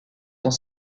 dans